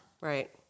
Right